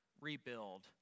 rebuild